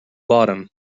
bottom